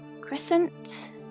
Crescent